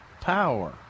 Power